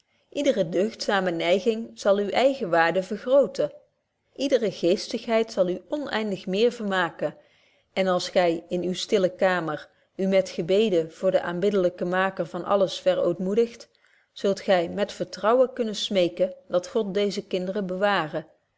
ydere deugdzame neiging zal uwe eigen waardye vergrooten ydere geestigheid zal u oneindig meer vermaken en als gy in uwe stille kamer u met gebeden voor den aanbiddelyken maker van alles verootmoedigd zult gy met vertrouwen kunnen smeeken dat god deeze kinderen